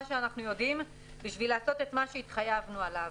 שאנחנו יודעים כדי לעשות את מה שהתחייבנו עליו.